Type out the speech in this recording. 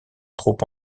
trop